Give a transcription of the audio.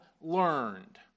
learned